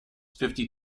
fifty